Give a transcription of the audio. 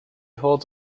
holds